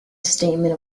statement